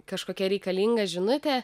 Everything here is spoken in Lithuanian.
kažkokia reikalinga žinutė